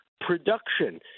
production